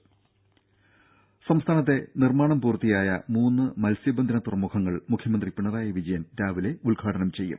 ത സംസ്ഥാനത്തെ നിർമ്മാണം പൂർത്തിയായ മൂന്ന് മത്സ്യബന്ധന തുറമുഖങ്ങൾ മുഖ്യമന്ത്രി പിണറായി വിജയൻ രാവിലെ ഉദ്ഘാടനം ചെയ്യും